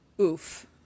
Oof